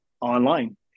online